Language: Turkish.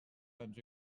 önce